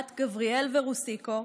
בת גבריאל ורוסיקו,